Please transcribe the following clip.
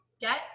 get